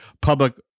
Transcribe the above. public